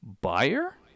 Buyer